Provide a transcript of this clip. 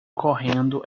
correndo